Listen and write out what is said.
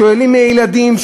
שוללים מילדים,